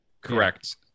Correct